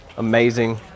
Amazing